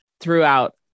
throughout